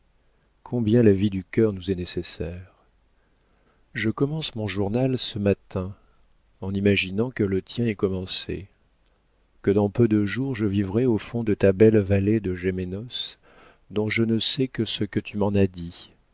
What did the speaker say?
combien la vie du cœur nous est nécessaire je commence mon journal ce matin en imaginant que le tien est commencé que dans peu de jours je vivrai au fond de ta belle vallée de gemenos dont je ne sais que ce que tu m'en as dit